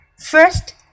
First